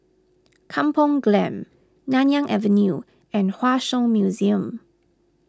Kampong Glam Nanyang Avenue and Hua Song Museum